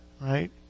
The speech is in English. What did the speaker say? Right